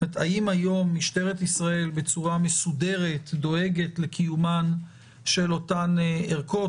האם היום משטרת ישראל דואגת לקיומן של אותן ערכות בצורה מסודרת?